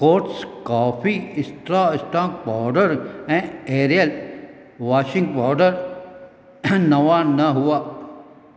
कोथस coffee extra strong powder ऐं Ariel washing powder नवां न हुआ